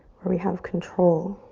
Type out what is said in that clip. where we have control.